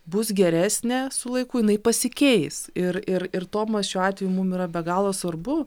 bus geresnė su laiku jinai pasikeis ir ir ir tomas šiuo atveju mum yra be galo svarbu